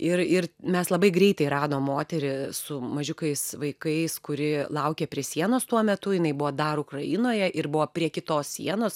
ir ir mes labai greitai radom moterį su mažiukais vaikais kuri laukė prie sienos tuo metu jinai buvo dar ukrainoje ir buvo prie kitos sienos